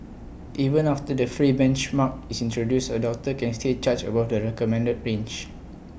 even after the free benchmark is introduced A doctor can still charge above the recommended range